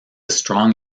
strong